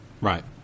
Right